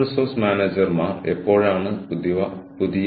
ഈ മോഡലുകളെല്ലാം ഒരു മിനിറ്റിനുള്ളിൽ ഞാൻ നിങ്ങളുമായി വിശദമായി പങ്കിടും